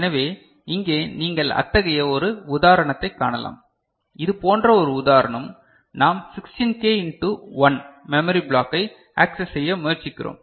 எனவே இங்கே நீங்கள் அத்தகைய ஒரு உதாரணத்தைக் காணலாம் இதுபோன்ற ஒரு உதாரணம் நாம் 16K இன்டு 1 மெமரி பிளாக்கை ஆக்ஸஸ் செய்ய முயற்சிக்கிறோம்